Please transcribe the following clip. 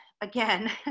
again